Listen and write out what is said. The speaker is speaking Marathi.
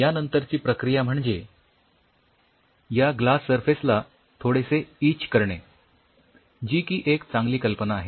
यानंतरची प्रक्रिया म्हणजे या ग्लास सरफेस ला थोडेसे इच करणे जी की एक चांगली कल्पना आहे